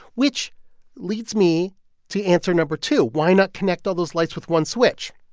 which leads me to answer number two. why not connect all those lights with one switch?